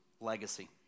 Legacy